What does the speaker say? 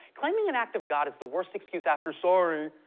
claiming an act of god is the worst excuse after sorry!